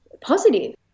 positive